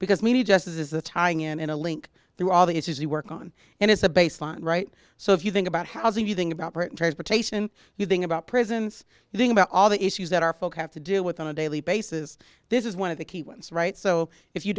in in a link through all the issues we work on and it's a baseline right so if you think about housing you think about britain transportation you think about prisons the thing about all the issues that are focused to deal with on a daily basis this is one of the key ones right so if you